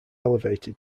elevated